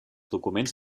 documents